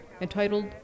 entitled